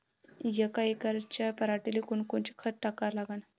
यका एकराच्या पराटीले कोनकोनचं खत टाका लागन?